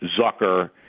Zucker